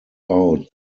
out